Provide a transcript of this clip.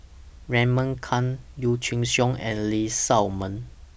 Raymond Kang Yee Chia Hsing and Lee Shao Meng